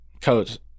Coach